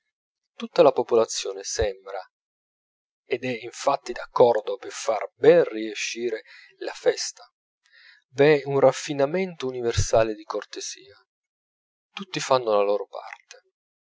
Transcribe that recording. tutta la popolazione sembra ed è infatti d'accordo per fare ben riescire la festa v'è un raffinamento universale di cortesia tutti fanno la loro parte